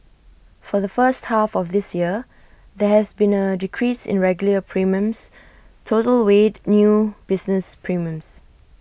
for the first half of this year there has been A decrease in regular premiums total weighed new business premiums